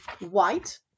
white